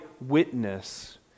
witness